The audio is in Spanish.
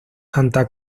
santa